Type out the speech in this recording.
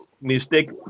mistake